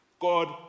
God